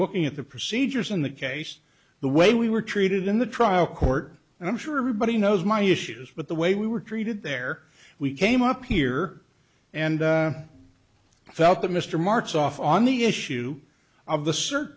looking at the procedures in that case the way we were treated in the trial court and i'm sure everybody knows my issues but the way we were treated there we came up here and felt that mr martz off on the issue of the